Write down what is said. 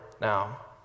now